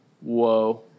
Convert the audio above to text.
whoa